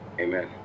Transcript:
Amen